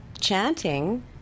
chanting